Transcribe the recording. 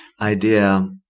idea